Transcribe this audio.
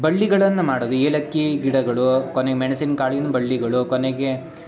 ಬಳ್ಳಿಗಳನ್ನು ಮಾಡೋದು ಏಲಕ್ಕಿ ಗಿಡಗಳು ಕೊನೆಗೆ ಮೆಣಸಿನ ಕಾಳಿನ ಬಳ್ಳಿಗಳು ಕೊನೆಗೆ